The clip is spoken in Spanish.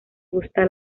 gusta